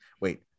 wait